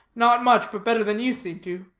not much, but better than you seem to.